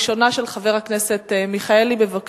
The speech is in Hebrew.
הראשונה, של חבר הכנסת אברהם מיכאלי, בבקשה.